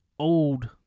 old